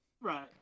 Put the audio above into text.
Right